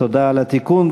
תודה על התיקון,